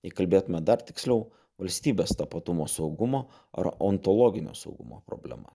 jei kalbėtume dar tiksliau valstybės tapatumo saugumo ar ontologinio saugumo problema